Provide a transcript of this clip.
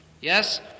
Yes